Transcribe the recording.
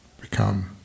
become